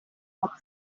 help